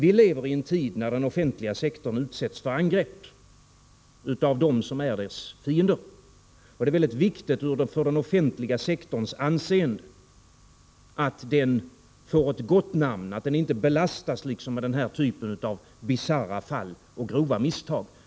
Vi lever i en tid där den offentliga sektorn utsätts för angrepp av dem som är dess fiender. Det är viktigt för den offentliga sektorns anseende att den offentliga sektorn får ett gott namn och inte belastas med den här typen av bisarra fall och grova misstag.